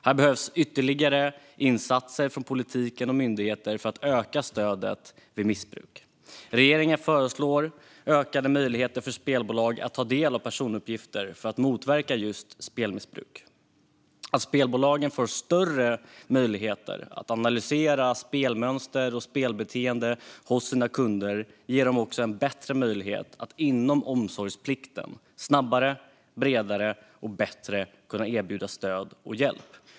Här behövs ytterligare insatser från politiken och myndigheter för att öka stödet vid missbruk. Regeringen föreslår ökade möjligheter för spelbolag att ta del av personuppgifter för att motverka just spelmissbruk. Att spelbolagen får större möjligheter att analysera spelmönster och spelbeteende hos sina kunder ger dem också bättre möjlighet att inom omsorgsplikten erbjuda stöd och hjälp snabbare, bredare och bättre.